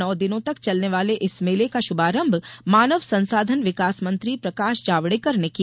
नौ दिनो तक चलने वाले इस मेले का शुभारंभ मानव संसाधन विकास मंत्री प्रकाश जावड़ेकर ने किया